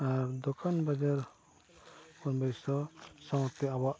ᱟᱨ ᱫᱚᱠᱟᱱ ᱵᱟᱡᱟᱨ ᱵᱚᱱ ᱵᱟᱹᱭᱥᱟᱹᱣᱟ ᱥᱟᱶᱛᱮ ᱟᱵᱚᱣᱟᱜ